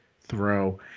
Throw